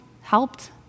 helped